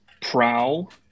Prowl